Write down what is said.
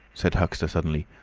said huxter, suddenly,